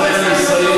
ובזה אני אסיים,